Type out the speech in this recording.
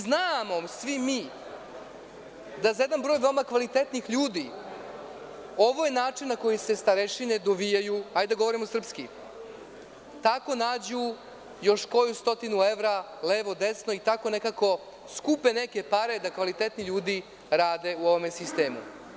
Znamo svi mi da za jedan broj veoma kvalitetnih ljudi, ovo je način na koji se starešine dovijaju, da govorimo srpski, tako nađu još koju stotinu evra, levo – desno i tako nekako skupe neke pare da kvalitetni ljudi rade u ovom sistemu.